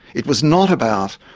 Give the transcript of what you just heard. it was not about,